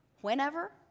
Whenever